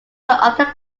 other